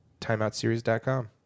timeoutseries.com